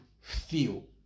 feel